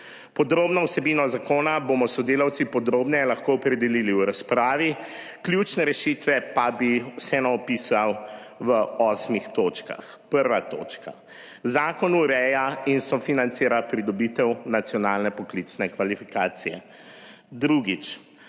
Podrobno vsebino zakona bomo s sodelavci podrobneje lahko opredelili v razpravi, ključne rešitve pa bi vseeno opisal v osmih točkah. Prva točka, zakon ureja in sofinancira pridobitev nacionalne poklicne kvalifikacije. Drugič,